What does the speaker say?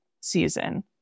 season